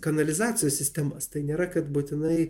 kanalizacijos sistemas tai nėra kad būtinai